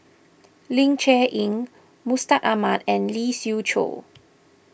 Ling Cher Eng Mustaq Ahmad and Lee Siew Choh